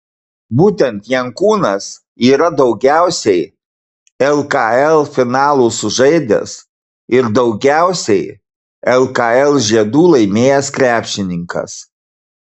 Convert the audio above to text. būtent jankūnas yra daugiausiai lkl finalų sužaidęs ir daugiausiai lkl žiedų laimėjęs krepšininkas